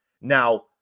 Now